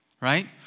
right